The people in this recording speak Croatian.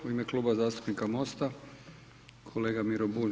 U ime Kluba zastupnika MOST-a kolega Miro Bulj.